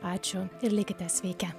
ačiū ir likite sveiki